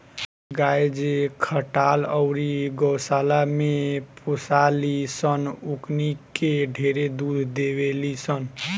गाय जे खटाल अउरी गौशाला में पोसाली सन ओकनी के ढेरे दूध देवेली सन